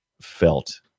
felt